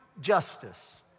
justice